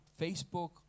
Facebook